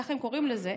ככה הם קוראים לזה,